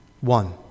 One